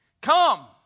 Come